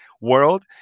world